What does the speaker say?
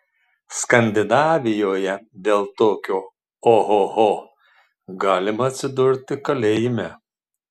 skandinavijoje dėl tokio ohoho galima atsidurti kalėjime